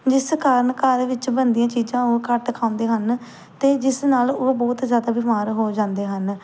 ਜਿਸ ਕਾਰਣ ਘਰ ਵਿੱਚ ਬਣਦੀਆਂ ਚੀਜ਼ਾਂ ਉਹ ਘੱਟ ਖਾਂਦੇ ਹਨ ਅਤੇ ਜਿਸ ਨਾਲ ਉਹ ਬਹੁਤ ਜ਼ਿਆਦਾ ਬਿਮਾਰ ਹੋ ਜਾਂਦੇ ਹਨ